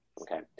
okay